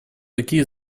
такие